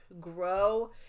grow